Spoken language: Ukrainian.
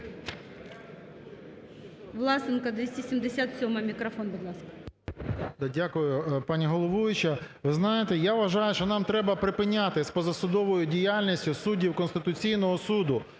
Власенко, 277-а. Мікрофон, будь ласка. 13:00:04 ВЛАСЕНКО С.В. Дякую, пані головуюча. Ви знаєте, я вважаю, що нам треба припиняти з позасудовою діяльністю суддів Конституційного Суду.